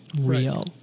real